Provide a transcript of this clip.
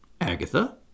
Agatha